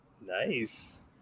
Nice